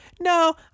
no